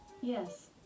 Yes